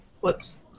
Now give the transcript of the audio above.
Whoops